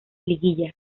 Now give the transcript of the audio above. liguilla